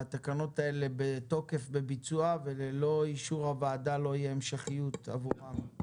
התקנות האלה בתוקף ובביצוע וללא אישור הוועדה לא תהיה המשכיות עבורן.